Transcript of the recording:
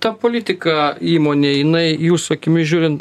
ta politika įmonėj jinai jūsų akimis žiūrint